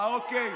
אוקיי,